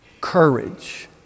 courage